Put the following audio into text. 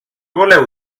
voleu